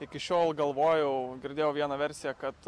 iki šiol galvojau girdėjau vieną versiją kad